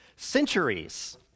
centuries